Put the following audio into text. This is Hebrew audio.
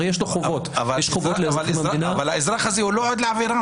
אבל האזרח הזה הוא לא עד לעבירה.